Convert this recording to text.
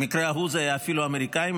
במקרה ההוא זה היה אפילו האמריקאים,